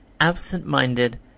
absent-minded